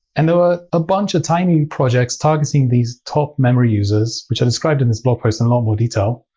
and there were a bunch of tiny projects targeting these top memory users, which i described in this blog post in a lot more detail.